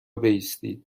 بایستید